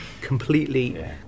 completely